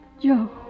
Joe